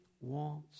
wants